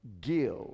give